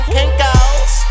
Kinko's